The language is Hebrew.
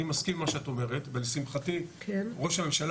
אני מסכים עם מה שאת אומרת ולשמחתי ראש הממשלה